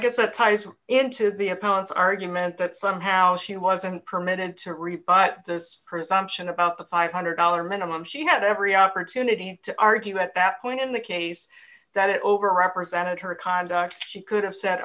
guess a ties into the opponent's argument that somehow she wasn't permitted to rebut this presumption about the five hundred dollars minimum she had every opportunity to argue at that point in the case that it over represented her conduct she could have said